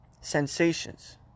sensations